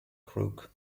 crook